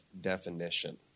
definition